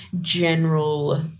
general